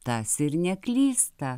tas ir neklysta